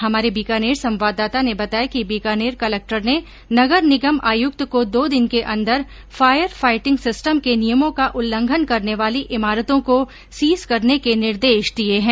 हमारे बीकानेर संवाददाता ने बताया कि बीकानेर कलेक्टर ने नगर निगम आयुक्त को दो दिन के अंदर फायर फाइटिंग सिस्टम के नियमों का उल्लंघन करने वाली इमारतों को सीज करने के निर्देश दिये हैं